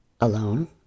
Alone